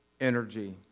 energy